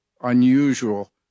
unusual